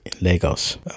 lagos